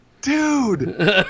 Dude